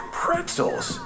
pretzels